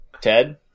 Ted